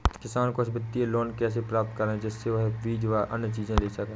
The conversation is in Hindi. किसान कुछ वित्तीय लोन कैसे प्राप्त करें जिससे वह बीज व अन्य चीज ले सके?